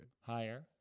Higher